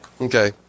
Okay